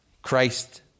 Christ